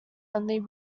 only